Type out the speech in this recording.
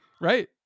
Right